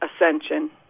ascension